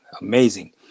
Amazing